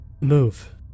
Move